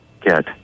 Get